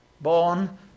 Born